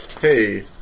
Hey